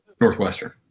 Northwestern